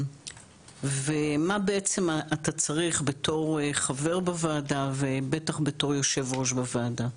מה בעצם אתה צריך בתור חבר בוועדה ובטח בתור יושב-ראש בוועדה?